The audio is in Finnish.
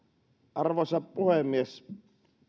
arvoisa puhemies